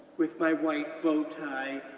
with my white bow tie,